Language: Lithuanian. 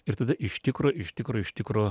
ir tada iš tikro iš tikro iš tikro